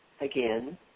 Again